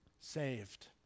saved